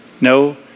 No